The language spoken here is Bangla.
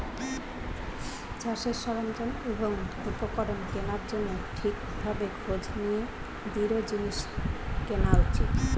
চাষের সরঞ্জাম এবং উপকরণ কেনার জন্যে ঠিক ভাবে খোঁজ নিয়ে দৃঢ় জিনিস কেনা উচিত